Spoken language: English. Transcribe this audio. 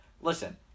Listen